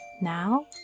Now